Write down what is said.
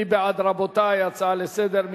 מי בעד, רבותי, ההצעה לסדר?